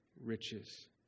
riches